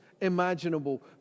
imaginable